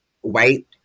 white